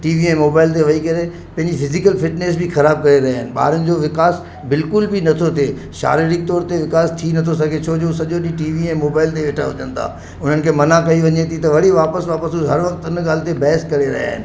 T V ऐं mobile ते वेई करे पंहिंजी फिसिकल फिटनेस बि ख़राबु करे रहिया आहिनि ॿारनि जो विकास बिल्कुलु बि नथो थिए शारीरिक तौरु ते विकास थी नथो सधे छो जो सॼो ॾींहुं टी वी ऐं मोबाइल ते वेठा हुजनि था उन्हनि खे मना कई वञे थी त वरी वापसि वापसि हर वक़्तु हुन ॻाल्हि ते ॿहसि करे रहिया आहिनि